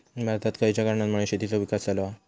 भारतात खयच्या कारणांमुळे शेतीचो विकास झालो हा?